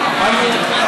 להחליף?